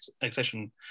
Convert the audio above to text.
accession